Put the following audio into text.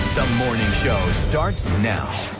the morning show starts now